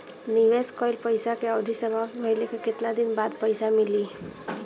निवेश कइल पइसा के अवधि समाप्त भइले के केतना दिन बाद पइसा मिली?